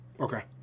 Okay